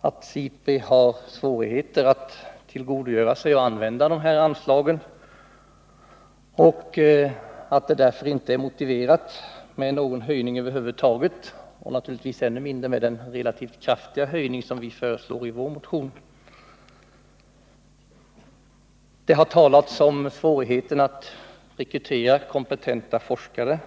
att SIPRI har svårigheter att tillgodogöra sig och använda dessa anslag och att det därför inte är motiverat med någon höjning, och naturligtvis då inte med den relativt kraftiga höjning som vi föreslår i vår motion. Det har talats om svårigheten att rekrytera kompetenta forskare.